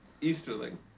Easterling